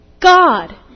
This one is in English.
God